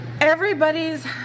Everybody's